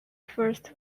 first